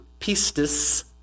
pistis